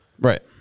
Right